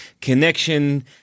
connection